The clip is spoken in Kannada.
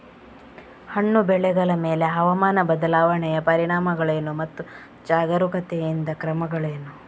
ಹಣ್ಣು ಬೆಳೆಗಳ ಮೇಲೆ ಹವಾಮಾನ ಬದಲಾವಣೆಯ ಪರಿಣಾಮಗಳೇನು ಮತ್ತು ಜಾಗರೂಕತೆಯಿಂದ ಕ್ರಮಗಳೇನು?